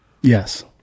Yes